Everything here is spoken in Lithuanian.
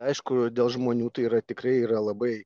aišku dėl žmonių tai yra tikrai yra labai